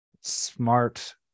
smart